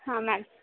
ಹಾಂ ಮ್ಯಾಮ್